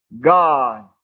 God